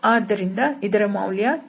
ಆದ್ದರಿಂದ ಇದರ ಮೌಲ್ಯ 32